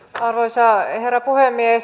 arvoisa herra puhemies